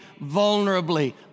vulnerably